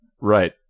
Right